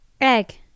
egg